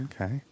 okay